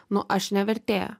nu aš ne vertėja